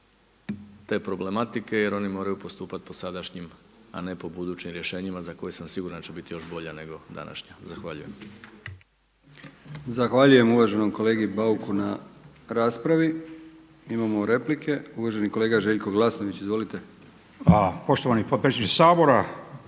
te problematike jer oni moraju postupati po sadašnjim, a ne po budućim rješenjima za koja sam siguran da će biti još bolja nego današnja. Zahvaljujem. **Brkić, Milijan (HDZ)** Zahvaljujem uvaženom kolegi Bauku na raspravi. Imamo replike. Uvaženi kolega Željko Glasnović, izvolite. **Glasnović,